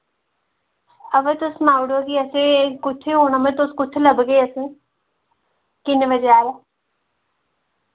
हां बा तुस सनाई ओड़ो कि असें कुत्थै औना म तुस कुत्थै लब्भगे असें किन्ने बजे औना